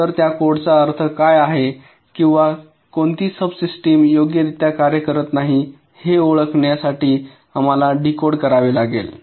तर त्या कोडचा अर्थ काय आहे किंवा कोणती सब सिस्टिम योग्यरित्या कार्य करत नाही हे ओळखण्यासाठी आम्हाला डीकोड करावे लागेल